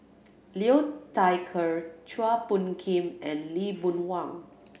Liu Thai Ker Chua Phung Kim and Lee Boon Wang